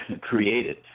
created